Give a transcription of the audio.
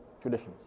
traditions